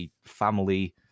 family